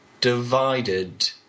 divided